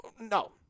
No